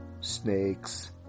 Snakes